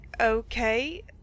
Okay